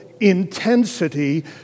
intensity